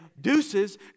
deuces